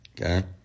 Okay